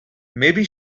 maybe